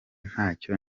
ntacyo